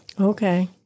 Okay